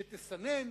שתסנן,